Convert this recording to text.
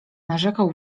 narzekał